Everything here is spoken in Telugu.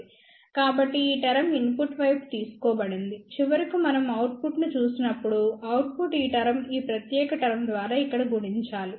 కాబట్టి ఈ టర్మ్ ఇన్పుట్ వైపు తీసుకోబడింది చివరకు మనం అవుట్పుట్ను చూసినప్పుడు అవుట్పుట్ ఈ పటర్మ్ ఈ ప్రత్యేకమైన టర్మ్ ద్వారా ఇక్కడ గుణించాలి